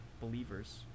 believers